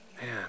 Man